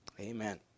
amen